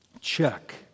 check